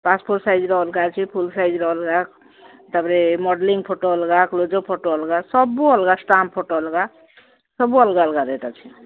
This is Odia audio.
ପାସପୋର୍ଟ୍ ସାଇଜ୍ର ଅଲଗା ଅଛି ଫୁଲ୍ ସାଇଜ୍ର ଅଲଗା ତାପରେ ମଡେଲିଂ ଫଟୋ ଅଲଗା କ୍ଲୋଜର ଫଟୋ ଅଲଗା ସବୁ ଅଲଗା ଷ୍ଟାମ୍ପ ଫଟୋ ଅଲଗା ସବୁ ଅଲଗା ଅଲଗା ରେଟ୍ ଅଛି